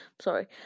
Sorry